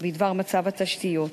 בדבר מצב התשתיות,